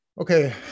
Okay